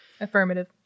Affirmative